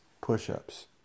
push-ups